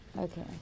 Okay